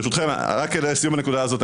ברשותכם, רק כדי להשלים את הנקודה הזאת.